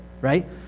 right